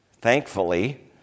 thankfully